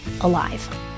alive